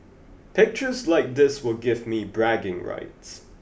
pictures like this will give me bragging rights